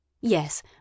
Yes